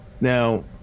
Now